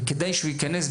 וכדי שהוא ייכנס,